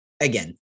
again